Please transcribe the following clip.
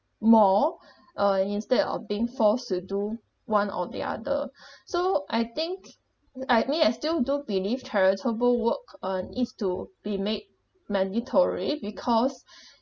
more uh instead of being forced to do one or the other so I think I me I still do believe charitable work um is to be made mandatory because